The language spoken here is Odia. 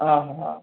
ଅଃ